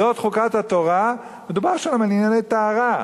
"זאת חקת התורה", מדובר שם על ענייני טהרה,